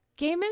Gaiman